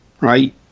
Right